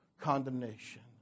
condemnation